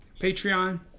Patreon